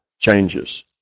changes